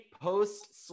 post